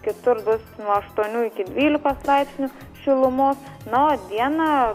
kitur bus nuo aštuonių iki dvylikos laipsnių šilumos na o dieną